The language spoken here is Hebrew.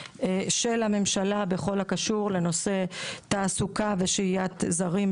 של הממשלה בכל הקשור לנושא תעסוקה ושהיית זרים,